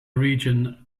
region